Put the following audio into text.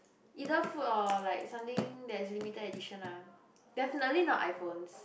either food or like something there's limited edition lah definitely not iPhones